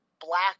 black